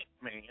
man